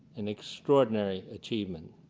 an extraordinary achievement.